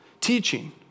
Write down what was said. teaching